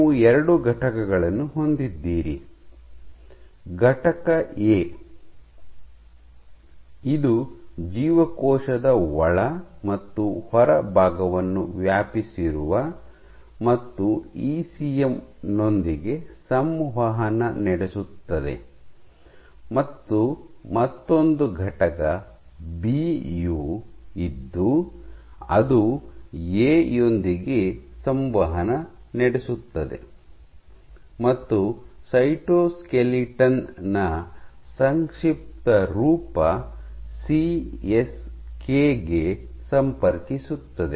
ನೀವು ಎರಡು ಘಟಕಗಳನ್ನು ಹೊಂದಿದ್ದೀರಿ - ಘಟಕ ಎ ಇದು ಜೀವಕೋಶದ ಒಳ ಮತ್ತು ಹೊರಭಾಗವನ್ನು ವ್ಯಾಪಿಸಿರುವ ಮತ್ತು ಇಸಿಎಂ ನೊಂದಿಗೆ ಸಂವಹನ ನಡೆಸುತ್ತದೆ ಮತ್ತು ಮತ್ತೊಂದು ಘಟಕ ಬಿ ಯು ಇದ್ದು ಅದು ಎ ಯೊಂದಿಗೆ ಸಂವಹನ ನಡೆಸುತ್ತದೆ ಮತ್ತು ಸೈಟೋಸ್ಕೆಲಿಟನ್ ನ ಸಂಕ್ಷಿಪ್ತ ರೂಪ ಸಿ ಎಸ್ ಕೆ ಗೆ ಸಂಪರ್ಕಿಸುತ್ತದೆ